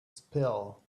spell